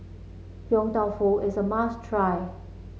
Yong Tau Foo is a must try